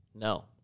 No